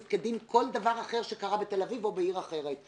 כדין כל דבר אחר שקרה בתל אביב או בעיר אחרת.